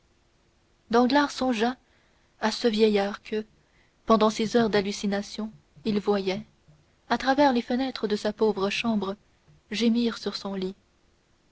danglars songea à ce vieillard que pendant ses heures d'hallucination il voyait à travers les fenêtres de sa pauvre chambre gémir sur son lit